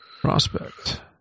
Prospect